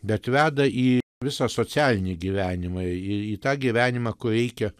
bet veda į visą socialinį gyvenimą į į tą gyvenimą kur reikia